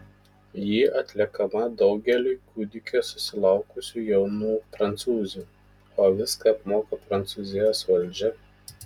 ji atliekama daugeliui kūdikio susilaukusių jaunų prancūzių o viską apmoka prancūzijos valdžia